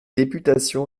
députation